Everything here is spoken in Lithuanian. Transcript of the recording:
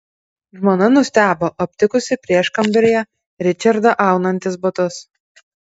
žmona nustebo aptikusi prieškambaryje ričardą aunantis batus